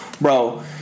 bro